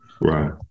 Right